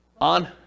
On